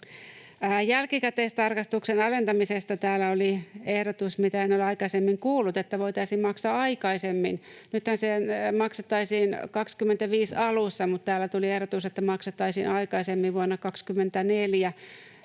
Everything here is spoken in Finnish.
Jälkikäteistarkastuksen alentamisesta täällä oli ehdotus, mitä en ole aikaisemmin kuullut: että voitaisiin maksaa aikaisemmin. Nythän se maksettaisiin vuoden 25 alussa, mutta täällä tuli ehdotus, että maksettaisiin aikaisemmin, vuonna 24.